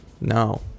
No